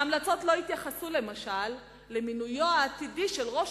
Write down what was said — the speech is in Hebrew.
ההמלצות לא התייחסו למשל למינוי העתידי של ראש